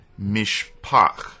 mishpach